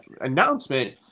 announcement